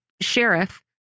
sheriff